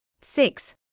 Six